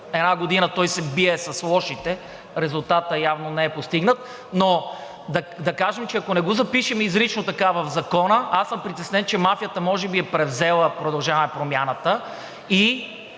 една година той се бие с лошите, но резултатът явно не е постигнат. Но да кажем, че ако не го запишем изрично така в Закона, аз съм притеснен, че мафията може би е превзела „Продължаваме Промяната“ и